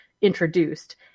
introduced